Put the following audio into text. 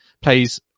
Plays